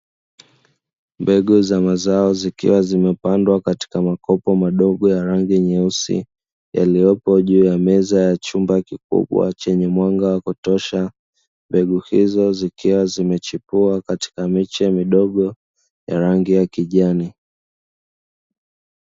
Mbegu za mazao zikiwa zimepandwa katika makopo madogo ya rangi nyeusi, yaliyopo juu ya meza ya chumba kikubwa chenye mwanga wa kutosha, mbegu hizo zikiwa zimechipua katika miche midogo ya rangi ya kijani.